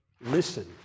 listen